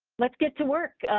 let's get to work,